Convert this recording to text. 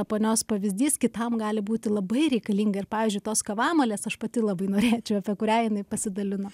ponios pavyzdys kitam gali būti labai reikalinga ir pavyzdžiui tos kavamalės aš pati labai norėčiau apie kurią jinai pasidalino